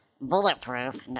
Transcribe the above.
bulletproof